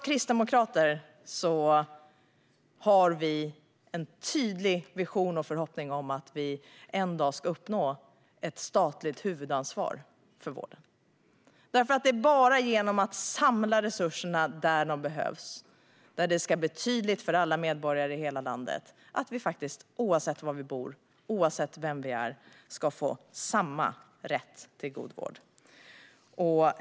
Vi kristdemokrater har en tydlig vision och förhoppning om att vi en dag ska uppnå ett statligt huvudansvar för vården. Det är bara genom att samla resurserna där de behövs som det blir tydligt för alla medborgare i hela landet att man faktiskt oavsett var man bor och vem man är ska ha samma rätt till god vård.